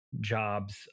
jobs